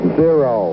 zero